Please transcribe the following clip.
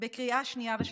בקריאה שנייה ושלישית.